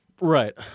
Right